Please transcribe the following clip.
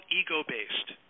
ego-based